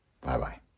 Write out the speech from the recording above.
Bye-bye